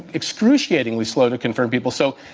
excruciatingly slow to confirm people. so,